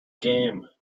game